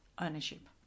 ownership